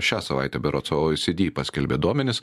šią savaitę berods oecd paskelbė duomenis